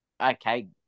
okay